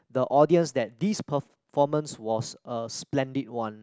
the audience that this performance was a splendid one